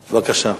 בבקשה.